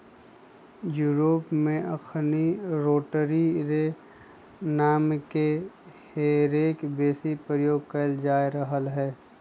Europe में अखनि rotary रे नामके हे रेक बेशी प्रयोग कएल जा रहल हइ